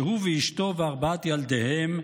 שהוא ואשתו וארבעת ילדיהם,